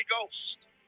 Ghost